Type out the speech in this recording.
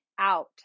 out